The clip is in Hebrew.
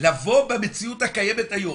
לבוא במציאות הקיימת היום,